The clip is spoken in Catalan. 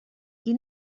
qui